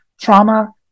trauma